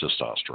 testosterone